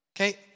Okay